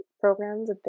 programs